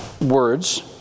words